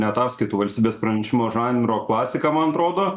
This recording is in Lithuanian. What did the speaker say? ne ataskaitų valstybės pranešimų žanro klasika man atrodo